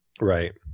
Right